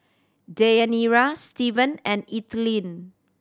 Deyanira Stevan and Ethelyn